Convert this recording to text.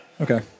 Okay